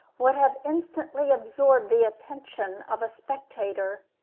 would have instantly absorbed the attention of a spectator.